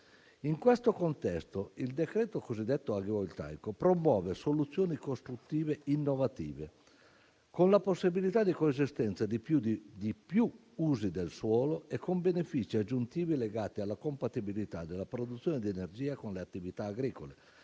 In questo contesto, il decreto cosiddetto agrivoltaico promuove soluzioni costruttive innovative, con la possibilità di coesistenza di più usi del suolo e con benefici aggiuntivi legati alla compatibilità della produzione di energia con le attività agricole,